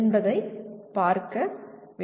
என்பதைப் பார்க்க வேண்டும்